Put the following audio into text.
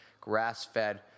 grass-fed